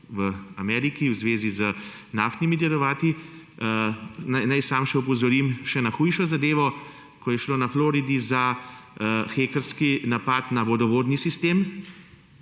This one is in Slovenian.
v Ameriki v zvezi z naftnimi derivati. Naj sam še opozorim še na hujšo zadevo, ko je šlo na Floridi za hekerski napad na vodovodni sistem,